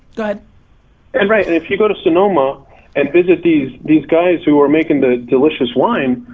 go ahead. and right and if you go to sonoma and visit these these guys who are making the delicious wine,